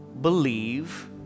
believe